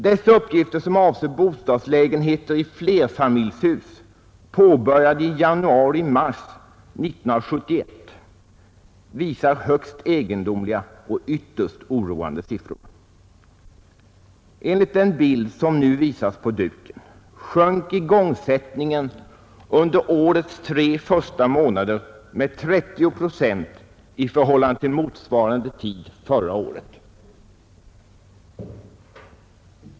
Dessa uppgifter, som avser bostadslägenheter i flerfamiljshus, påbörjade i januari-mars 1971, anger högst egendomliga och ytterst oroande siffror. Enligt den bild som nu visas på TV-skärmen sjönk igångsättningen under årets tre första månader med 30 procent i förhållande till motsvarande tid förra året.